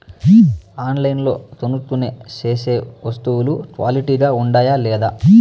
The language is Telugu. ఆన్లైన్లో కొనుక్కొనే సేసే వస్తువులు క్వాలిటీ గా ఉండాయా లేదా?